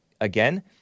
again